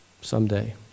someday